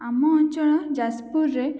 ଆମ ଅଞ୍ଚଳ ଯାଜପୁରରେ